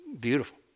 beautiful